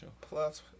Plus